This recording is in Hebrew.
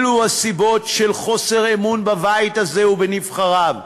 אלו הסיבות לחוסר אמון בבית הזה ובנבחריו.